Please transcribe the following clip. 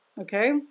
Okay